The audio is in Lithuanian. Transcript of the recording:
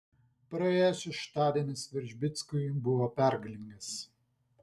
praėjęs šeštadienis veržbickui buvo pergalingas